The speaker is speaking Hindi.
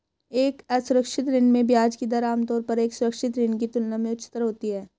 एक असुरक्षित ऋण में ब्याज की दर आमतौर पर एक सुरक्षित ऋण की तुलना में उच्चतर होती है?